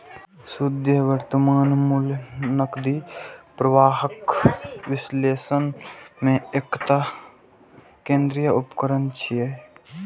शुद्ध वर्तमान मूल्य नकदी प्रवाहक विश्लेषण मे एकटा केंद्रीय उपकरण छियै